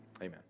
Amen